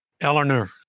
Eleanor